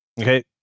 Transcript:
Okay